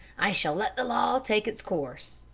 i shall let the law take its course.